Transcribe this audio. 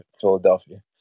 Philadelphia